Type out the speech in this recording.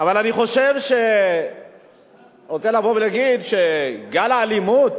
אני רוצה לבוא ולהגיד שגל האלימות